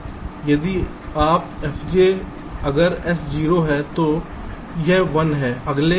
इसी तरह fj अगर s 0 है तो यह 1 है अगले अन्यथा